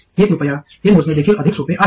हे करूया हे मोजणे देखील अधिक सोपे आहे